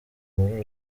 muri